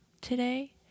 today